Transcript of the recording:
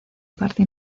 parte